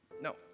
No